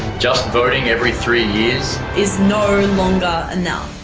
just voting every three years is no longer enough.